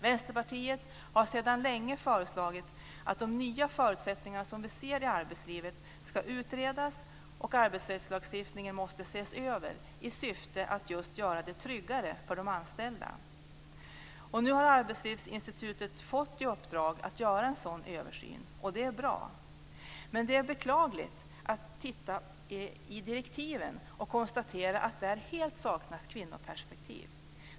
Vänsterpartiet har länge föreslagit att de nya förutsättningar som vi ser i arbetslivet ska utredas och att arbetsrättslagstiftningen ska ses över i syfte att göra det tryggare för de anställda. Nu har Arbetslivsinstitutet fått i uppdrag att göra en sådan översyn, och det är bra. Men det är beklagligt att det i direktiven helt saknas kvinnoperspektiv.